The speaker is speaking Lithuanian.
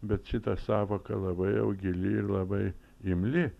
bet šita sąvoka labai jau gili ir labai imli